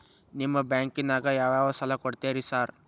ನಿಮ್ಮ ಬ್ಯಾಂಕಿನಾಗ ಯಾವ್ಯಾವ ಸಾಲ ಕೊಡ್ತೇರಿ ಸಾರ್?